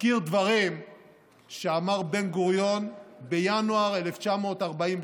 אזכיר דברים שאמר בן-גוריון בינואר 1948,